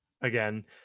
again